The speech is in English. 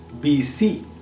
BC